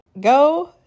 go